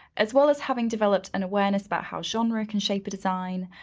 as well as having developed an awareness by how genre can shape the design,